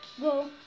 go